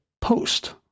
post